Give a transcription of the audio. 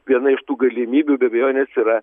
viena iš tų galimybių be abejonės yra